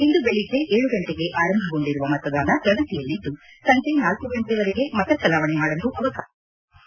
ಇಂದು ಬೆಳಿಗ್ಗೆ ಏಳು ಗಂಟೆಗೆ ಆರಂಭಗೊಂಡಿರುವ ಮತದಾನ ಪ್ರಗತಿಯಲ್ಲಿದ್ದು ಸಂಜೆ ನಾಲ್ಕು ಗಂಟೆಗೆ ವರೆಗೆ ಮತ ಚಲಾವಣೆ ಮಾದಲು ಅವಕಾಶ ಕಲ್ಪಿಸಲಾಗಿದೆ